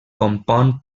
compon